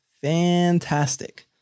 Fantastic